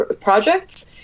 projects